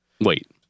Wait